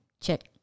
Check